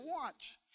watch